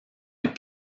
est